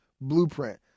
blueprint